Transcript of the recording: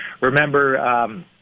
remember